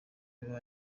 biba